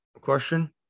question